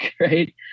right